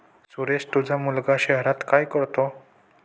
सुरेश तुझा मुलगा शहरात काय करतो